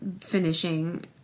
finishing